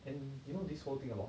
and you know this whole thing about